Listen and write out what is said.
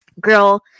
girl